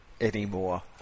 anymore